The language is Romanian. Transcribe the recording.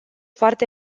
foarte